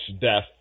death